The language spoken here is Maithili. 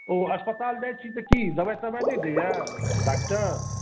ओ अस्पताल जाइ छी तऽ की दवाइ तवाइ नहि देइया डॉक्टर